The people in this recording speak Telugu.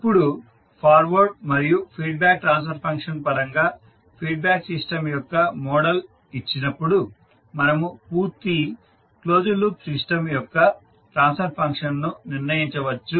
ఇప్పుడు ఫార్వర్డ్ మరియు ఫీడ్బ్యాక్ ట్రాన్స్ఫర్ ఫంక్షన్ పరంగా ఫీడ్బ్యాక్ సిస్టం యొక్క మోడల్ ఇచ్చినప్పుడు మనము పూర్తి క్లోజ్డ్ లూప్ సిస్టం యొక్క ట్రాన్స్ఫర్ ఫంక్షన్ను నిర్ణయించవచ్చు